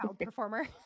performer